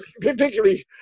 Particularly